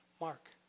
Mark